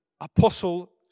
Apostle